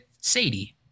sadie